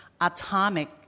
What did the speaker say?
atomic